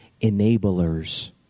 enablers